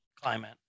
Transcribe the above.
climate